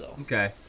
Okay